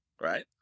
right